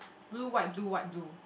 blue white blue white blue